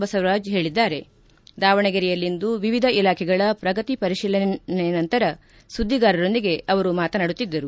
ಬಸವರಾಜ್ ಹೇಳಿದ್ದಾರೆ ದಾವಣಗೆರೆಯಲ್ಲಿಂದು ವಿವಿಧ ಇಲಾಖೆಗಳ ಪ್ರಗತಿ ಪರಿಶೀಲನೆ ನಂತರ ಸುದ್ದಿಗಾರರೊಂದಿಗೆ ಮಾತನಾಡುತ್ತಿದ್ದರು